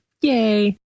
Yay